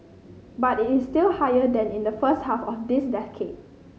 but it is still higher than in the first half of this decade